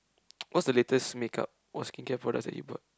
what's the latest makeup or skincare products that you bought